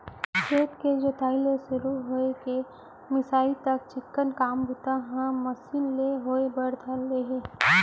खेत के जोताई ले सुरू हो के मिंसाई तक चिक्कन काम बूता ह मसीन ले होय बर धर ले हे